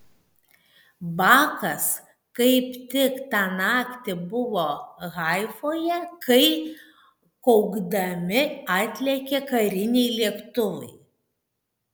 bakas kaip tik tą naktį buvo haifoje kai kaukdami atlėkė kariniai lėktuvai